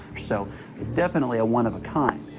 so it's definitely a one of a kind.